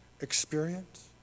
experience